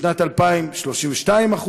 בשנת 2000 32%,